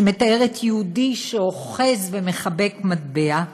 שמתארת ביהודי שאוחז ומחבק מטבע,